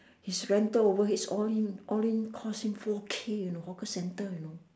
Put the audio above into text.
his rental overhead all in all in cost him four K you know hawker center you know